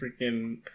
freaking